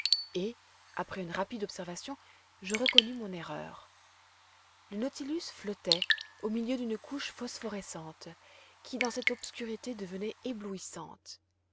et après une rapide observation je reconnus mon erreur le nautilus flottait au milieu d'une couche phosphorescente qui dans cette obscurité devenait éblouissante